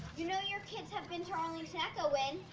you know your kids have been to arlington echo when.